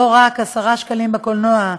לא רק עשרה שקלים בקולנוע,